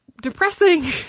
depressing